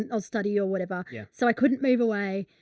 and ausstudy or whatever. yeah so i couldn't move away.